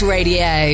Radio